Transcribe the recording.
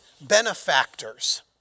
benefactors